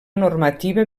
normativa